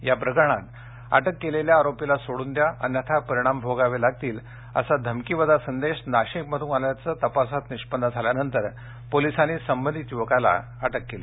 या प्रकरणात अटक केलेल्या आरोपीला सोड़न दया अन्यथा परिणाम भोगावे लागतील असा धमकीवजा संदेश नाशिकमधून आल्याचं तपासात निष्पन्न झाल्यानंतर पोलिसांनी संबंधित युवकाला अटक केली